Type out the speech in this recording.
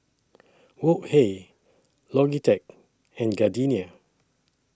Wok Hey Logitech and Gardenia